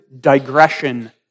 digression